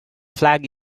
flag